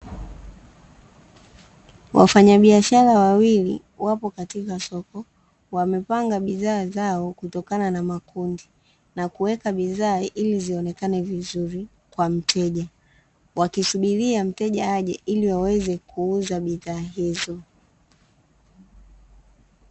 Wafanya biashara wawili wapo katika soko wamepanga, bidhaa zao kutokana na makundi na kuweka bidhaa ili zionekane vizuri kwa mteja wakisubiria mteja aje ili waweze kuuza bidhaa hizo.